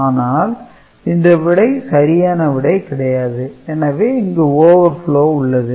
ஆனால் இந்த விடை சரியான விடை கிடையாது எனவே இங்கு Overflow உள்ளது